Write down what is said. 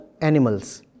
animals